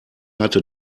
hatte